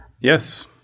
Yes